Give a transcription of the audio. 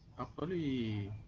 of the